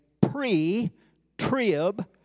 pre-trib